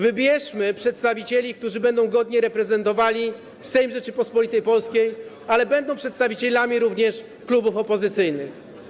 Wybierzmy przedstawicieli, którzy będą godnie reprezentowali Sejm Rzeczypospolitej Polskiej, ale będą przedstawicielami również klubów opozycyjnych.